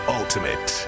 ultimate